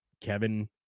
Kevin